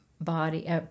body